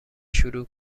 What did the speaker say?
شروع